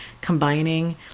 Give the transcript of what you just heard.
combining